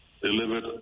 Delivered